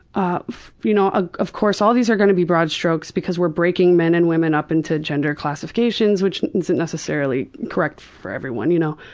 of you know ah of course all these are going to be broad strokes because we're breaking men and women up into gender classifications, which isn't necessarily correct for everyone. you know